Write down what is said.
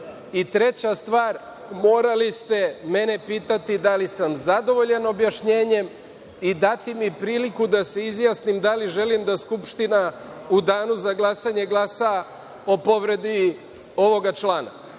dali. Treća stvar, morali ste mene pitati da li sam zadovoljan objašnjenjem i dati mi priliku da se izjasnim da li želim da Skupština u Danu za glasanje glasa o povredi ovog člana.